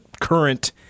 current